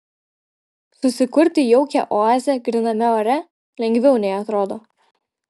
susikurti jaukią oazę gryname ore lengviau nei atrodo